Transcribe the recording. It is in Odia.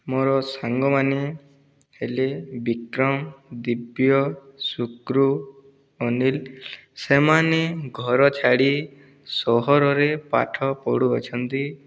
ମୋର ସାଙ୍ଗମାନେ ହେଲେ ବିକ୍ରମ ଦିବ୍ୟ ସୁକ୍ରୁ ଅନୀଲ ସେମାନେ ଘର ଛାଡ଼ି ସହରରେ ପାଠ ପଢ଼ୁ ଅଛନ୍ତି